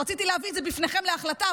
רציתי להביא את זה בפניכם להחלטה,